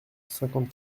cinquante